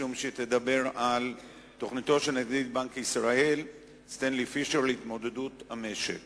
משום שהיא תדבר על תוכניתו של נגיד בנק ישראל סטנלי פישר להתמודדות המשק